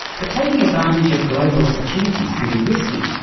but taking advantage of global opportunities can be risky,